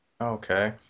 Okay